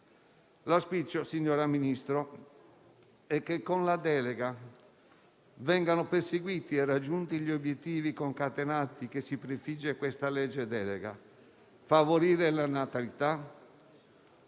L'auspicio, signora Ministro, è che con la delega vengano perseguiti e raggiunti gli obiettivi concatenati che si prefigge questo disegno di legge delega: favorire la natalità